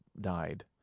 died